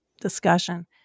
discussion